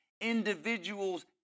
individuals